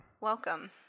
Welcome